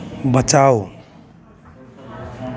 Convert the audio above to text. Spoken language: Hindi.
बचाओ